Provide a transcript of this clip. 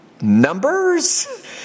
numbers